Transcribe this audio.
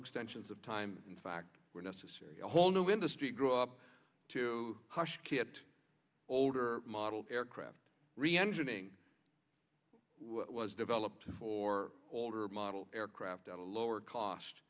extensions of time in fact were necessary a whole new industry grew up to hush kit older model aircraft reengineering was developed for older model aircraft at a lower cost